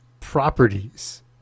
properties